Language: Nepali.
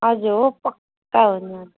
हजुर हो पक्का हो नि